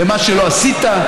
ומה שלא עשית,